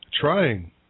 trying